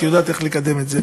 את ידעת איך לקדם את זה,